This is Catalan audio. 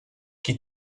qui